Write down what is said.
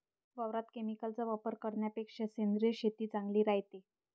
वावरात केमिकलचा वापर करन्यापेक्षा सेंद्रिय शेतीच चांगली रायते